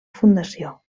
fundació